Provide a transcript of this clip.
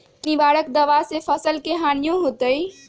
किट निवारक दावा से फसल के हानियों होतै?